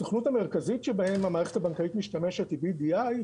הסוכנות המרכזית שבה המערכת הבנקאית משתמשת היא BDI,